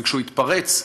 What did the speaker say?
וכשהוא יתפרץ,